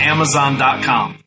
Amazon.com